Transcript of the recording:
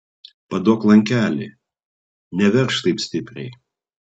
paduok lankelį neveržk taip stipriai